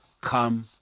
come